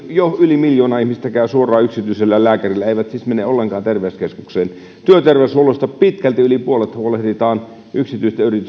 jo yli miljoona ihmistä käy suoraan yksityisellä lääkärillä eivät siis mene ollenkaan terveyskeskukseen työterveyshuollosta pitkälti yli puolet huolehditaan yksityisten yritysten